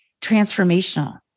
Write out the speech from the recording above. transformational